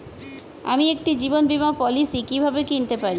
আমি একটি জীবন বীমা পলিসি কিভাবে কিনতে পারি?